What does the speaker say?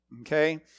okay